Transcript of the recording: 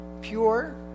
pure